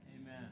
Amen